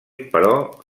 però